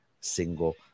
single